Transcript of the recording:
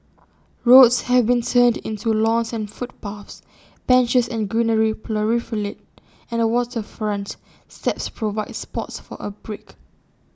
roads have been turned into lawns and footpaths benches and greenery proliferate and waterfront steps provide spots for A break